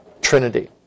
Trinity